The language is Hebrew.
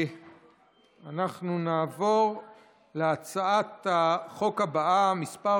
אנחנו נעבור להצבעת החוק הבאה, מס'